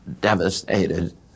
devastated